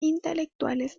intelectuales